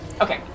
okay